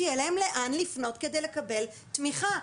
שיהיה להם לאן לפנות כדי לקבל תמיכה.